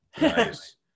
Nice